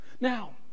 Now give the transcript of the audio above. Now